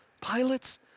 pilots